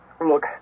Look